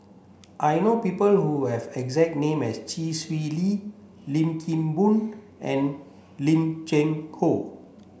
I know people who have exact name as Chee Swee Lee Lim Kim Boon and Lim Cheng Hoe